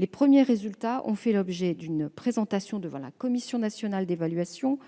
Les premiers résultats ont fait l'objet d'une présentation devant la Commission nationale d'évaluation